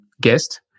guest